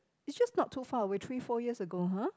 is just not too far away three four years ago !huh!